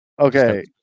Okay